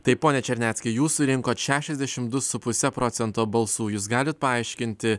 taip pone černeckai jūs surinkot šešiasdešimt su puse procento balsų jūs galit paaiškinti